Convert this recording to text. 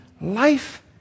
life